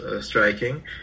striking